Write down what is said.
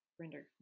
render